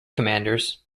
commanders